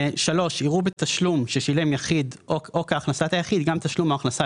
יראו כתשלום ששילם יחיד או כהכנסת היחיד גם תשלום או הכנסה,